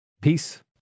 Peace